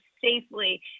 safely